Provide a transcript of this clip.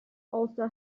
also